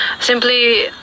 simply